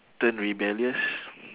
turn rebellious